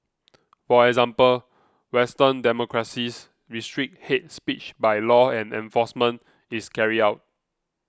for example Western democracies restrict hate speech by law and enforcement is carried out